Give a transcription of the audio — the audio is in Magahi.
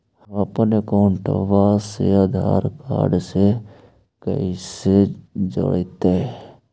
हमपन अकाउँटवा से आधार कार्ड से कइसे जोडैतै?